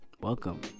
Welcome